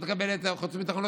לא תקבל חוץ וביטחון,